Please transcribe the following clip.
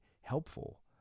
helpful